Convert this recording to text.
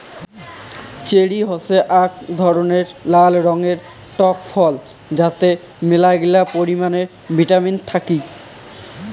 cherry হসে আক ধরণের নাল রঙের টক ফল যাতে মেলাগিলা পরিমানে ভিটামিন থাকি